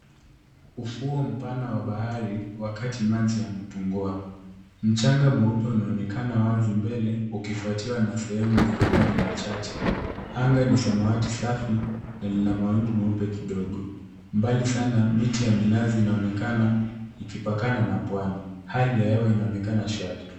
Ufuo Mpana wa bahari wakati maji yamepungua. Mchanga mweupe unaonekana wazi mbele ukifuatiwa na sehemu zenye maji machache. Anga ni samawati safi na Lina mawingu meupe kidogo. Mbali sana miti ya minazi inaonekana ikipakana na pwani. Hali ya hewa inaonekana shwari.